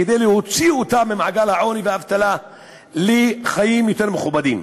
כדי להוציא אותם ממעגל העוני והאבטלה לחיים יותר מכובדים.